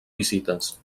visites